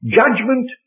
judgment